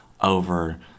over